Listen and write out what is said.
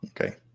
Okay